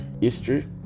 History